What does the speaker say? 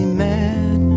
mad